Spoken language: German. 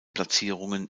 platzierungen